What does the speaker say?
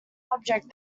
object